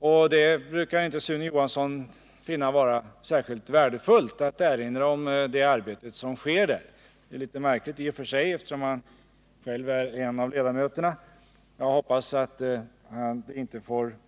Sune Johansson brukar inte finna det särskilt värdefullt att erinra om det arbete som sker där. Det är i och för sig litet märkligt, eftersom han själv är en av ledamöterna. Jag hoppas att det inte